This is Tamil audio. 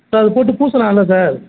சார் அது போட்டு பூசுலால்ல சார்